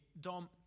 dom